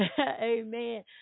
amen